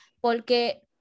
porque